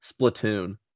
Splatoon